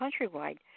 countrywide